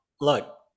look